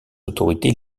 autorités